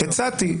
הצעתי,